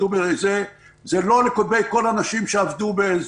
זה לא נכון לגבי כל האנשים שעבדו.